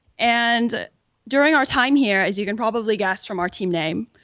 and during our time here, as you can probably guess from our team name,